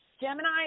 Gemini